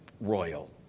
Royal